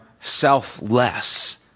selfless